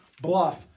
bluff